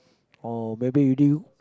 or maybe you didn't